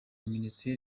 minisiteri